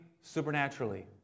supernaturally